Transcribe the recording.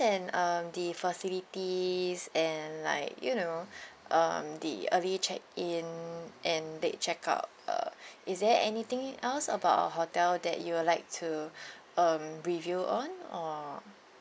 uh the facilities and like you know um the early check in and late check out uh is there anything else about hotel that you would like to um review on or